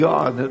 God